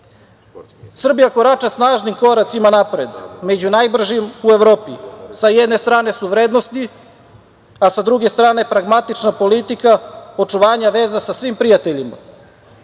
korača snažnim koracima napred, među najbržim u Evropi, sa jedne strane su vrednosti, a sa druge strane pragmatična politika očuvanja veza sa svim prijateljima,